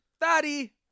Daddy